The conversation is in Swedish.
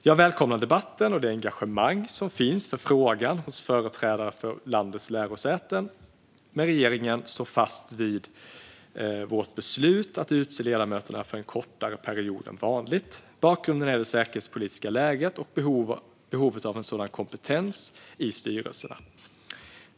Jag välkomnar debatten och det engagemang som finns för frågan hos företrädare för landets lärosäten, men regeringen står fast vid vårt beslut att utse ledamöterna för en kortare period än vanligt. Bakgrunden är det säkerhetspolitiska läget och behovet av sådan kompetens i styrelserna.